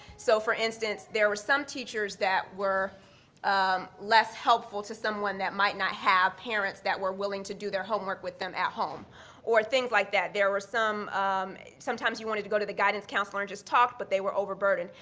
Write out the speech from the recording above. so for instance there were some teachers that were less helpful to someone that might not have parents that were willing to do their homework with them at home or things like that. there were some sometimes you wanted to go to the guidance counselor and just talk but they were overburdened.